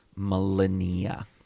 millennia